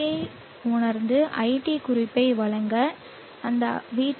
யை உணர்ந்து iT குறிப்பை வழங்க அந்த vT